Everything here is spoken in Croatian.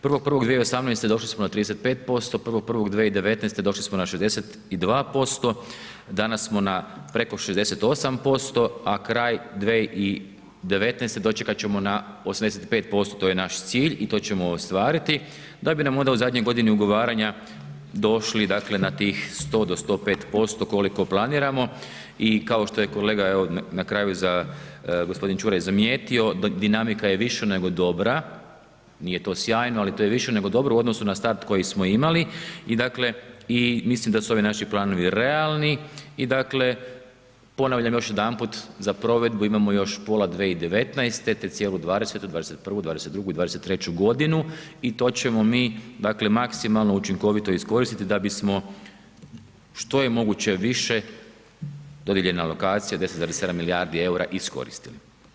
1.1.2018. došli smo na 35%, 1.1.2019. došli smo na 62%, danas smo na preko 68% a kraj 2019. dočekat ćemo na 85% je naš cilj i to ćemo ostvariti da bi nam onda u zadnjoj godini ugovaranja došli dakle na tih 100 do 105% koliko planiramo i kao što je kolega evo na kraju, g. Čuraj zamijetio, dinamika je više nego dobra, nije to sjajno ali to je više nego dobro u odnosu na start koji smo imali i mislim da su ovi naši planovi realni i dakle ponavljam još jedanput, za provedbu imamo još pola 2019. te cijelu 2020., 2021., 2022. i 2023. g. i to ćemo mi dakle maksimalno učinkovito iskoristiti da bismo što je moguće više dodijeljena alokacija 10,7 milijardi eura, iskoristili.